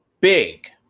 big